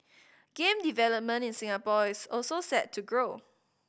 game development in Singapore is also set to grow